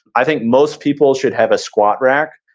i think most people should have a squat rack.